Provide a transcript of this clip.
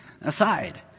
aside